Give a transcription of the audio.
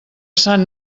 sant